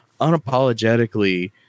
unapologetically